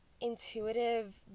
intuitive